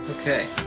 Okay